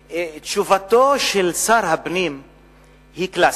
תשובתו של שר הפנים היא קלאסית.